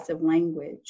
language